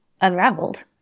unraveled